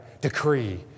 decree